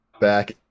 Back